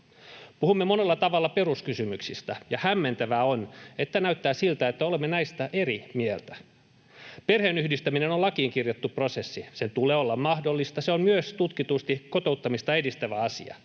Puhumme monella tavalla peruskysymyksistä, ja hämmentävää on, että näyttää siltä, että olemme näistä eri mieltä. Perheenyhdistäminen on lakiin kirjattu prosessi. Sen tulee olla mahdollista. Se on myös tutkitusti kotouttamista edistävä asia.